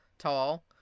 tall